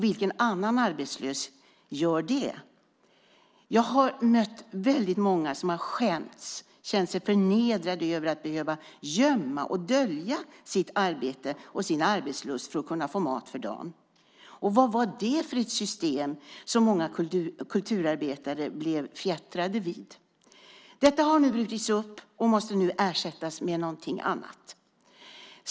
Vilken annan arbetslös gör det? Jag har mött många som har skämts, känt sig förnedrade över att behöva gömma och dölja sitt arbete och sin arbetslust för att få mat för dagen. Vad var det för system som många kulturarbetare blev fjättrade vid? Detta har nu brutits upp och måste ersättas med något annat.